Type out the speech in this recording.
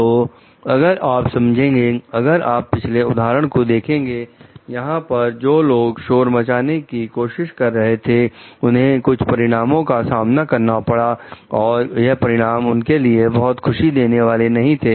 तो अगर आप समझेंगे अगर आप पिछले उदाहरण को देखें यहां पर जो लोग शोर मचाने की कोशिश कर रहे थे उन्हें कुछ परिणामों का सामना करना पड़ा और यह परिणाम उनके लिए बहुत खुशी देने वाले नहीं थे